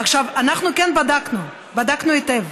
עכשיו, אנחנו כן בדקנו, בדקנו היטב.